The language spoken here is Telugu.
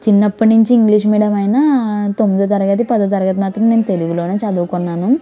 చిన్నప్పటి నుంచి ఇంగ్లీష్ మీడియం అయినా తొమ్మిదవ తరగతి పదో తరగతి మాత్రం నేను తెలుగులోనే చదువుకున్నాను